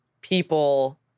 people